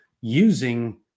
using